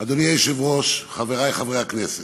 אדוני היושב-ראש, חברי חברי הכנסת,